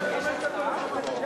יש הצבעה על זה?